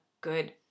good